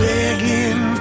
Begging